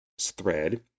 thread